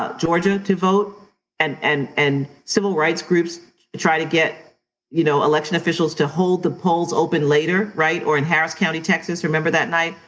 ah georgia to vote and and and civil rights groups try to get you know election officials to hold the polls open later, right. or in harris county, texas. remember that night?